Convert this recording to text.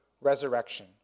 resurrection